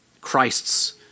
Christ's